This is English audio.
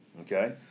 okay